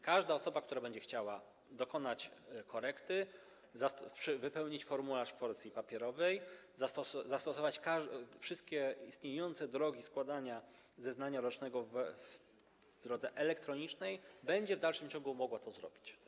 Każda osoba, która będzie chciała dokonać korekty, wypełnić formularz w wersji papierowej, skorzystać ze wszystkich istniejących dróg składania zeznania rocznego w drodze elektronicznej, będzie w dalszym ciągu mogła to zrobić.